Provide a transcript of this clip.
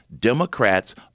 Democrats